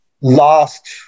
Last